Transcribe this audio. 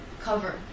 cover